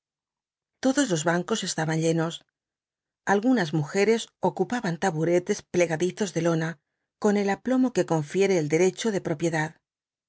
todos los bancos estaban llenos algunas mujeres ocupaban taburetes plegadizos de lona con el aplomo que confiere el derecho de propiedad